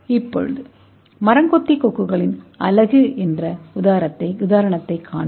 இப்போது மரங்கொடியின் கொக்குகளின் மற்றொரு உதாரணத்தைப் பார்ப்போம்